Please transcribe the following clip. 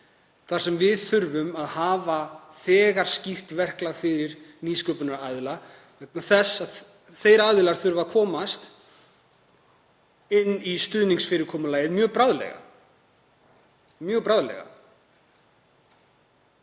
þar sem við þurfum að hafa skýrt verklag fyrir nýsköpunaraðila vegna þess að þeir aðilar þurfa að komast inn í stuðningsfyrirkomulagið mjög bráðlega. Ég